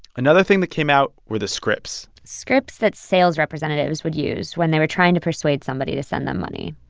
another thing that came out were the scripts scripts that sales representatives would use when they were trying to persuade somebody to send them money.